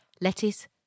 lettuce